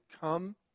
come